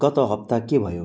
गत हप्ता के भयो